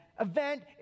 event